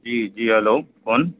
جی جی ہیلو کون